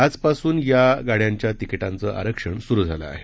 आजपासून या गाड्यांच्या तिकिटांचं आरक्षण सुरू झालं आहे